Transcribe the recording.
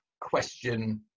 question